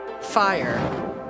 Fire